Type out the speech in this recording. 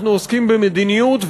אנחנו עוסקים במדיניות,